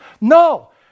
no